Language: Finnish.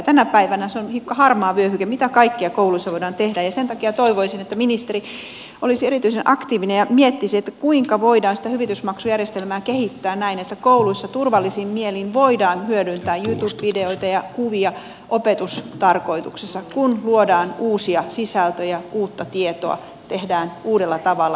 tänä päivänä se on hiukan harmaa vyöhyke mitä kaikkea kouluissa voidaan tehdä ja sen takia toivoisin että ministeri olisi erityisen aktiivinen ja miettisi kuinka voidaan sitä hyvitysmaksujärjestelmää kehittää näin että kouluissa turvallisin mielin voidaan hyödyntää youtube videoita ja kuvia opetustarkoituksessa kun luodaan uusia sisältöjä uutta tietoa tehdään opetusta uudella tavalla teknologiaa hyödyntäen